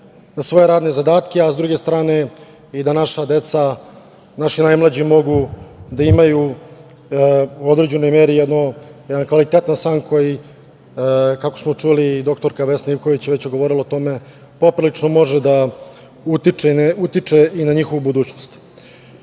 na svoje radne zadatke, a s druge strane i da naša deca, naši najmlađi mogu da imaju u određenoj meri jedan kvalitetan san koji, kako smo čuli, i doktorka Ivković je već govorila o tome, poprilično može da utiče i na njihovu budućnost. Taj